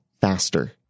faster